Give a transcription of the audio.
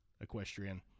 equestrian